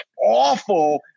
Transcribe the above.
awful